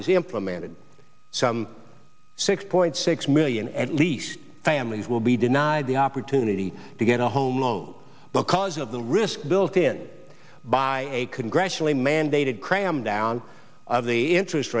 is implemented some six point six million at least families will be denied the opportunity to get a home loan because of the risk built in by a congressionally mandated cramdown of the interest